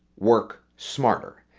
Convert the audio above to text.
work smarter.